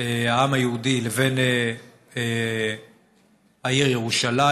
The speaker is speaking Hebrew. ההיסטורי העמוק בין העם היהודי לבין העיר ירושלים.